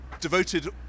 devoted